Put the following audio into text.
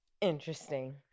Interesting